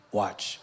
watch